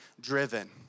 driven